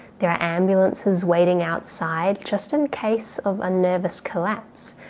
there are ambulances waiting outside just in case of a nervous collapse.